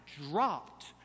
dropped